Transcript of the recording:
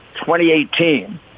2018